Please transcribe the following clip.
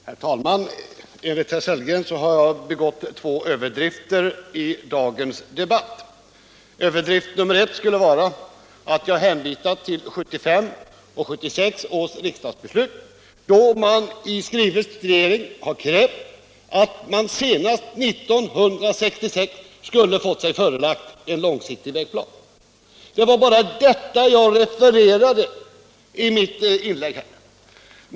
Herr talman! Enligt herr Sellgren har jag gjort mig skyldig till två överdrifter i dagens debatt. Den första överdriften skulle vara att jag hänvisat till 1975 och 1976 års riksdagsbeslut, där man i skrivelse till regeringen har krävt att senast 1976 få sig förelagd en långsiktig vägplan. Det var bara detta jag refererade i mitt inlägg.